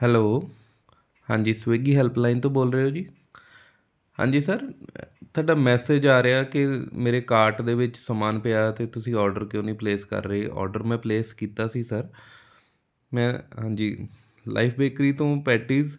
hello ਹਾਂਜੀ Swiggy helpline ਤੋਂ ਬੋਲ ਰਹੇ ਹੋ ਜੀ ਹਾਂਜੀ ਸਰ ਤੁਹਾਡਾ ਮੈਸੇਜ ਆ ਰਿਹਾ ਕਿ ਮੇਰੇ ਕਾਰਟ ਦੇ ਵਿੱਚ ਸਮਾਨ ਪਿਆ ਅਤੇ ਤੁਸੀਂ ਔਡਰ ਕਿਉਂ ਨਹੀਂ ਪਲੇਸ ਕਰ ਰਹੇ ਔਡਰ ਮੈਂ ਪਲੇਸ ਕੀਤਾ ਸੀ ਸਰ ਮੈਂ ਹਾਂਜੀ ਲਾਈਫ ਬੇਕਰੀ ਤੋਂ ਪੈਟੀਜ